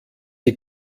die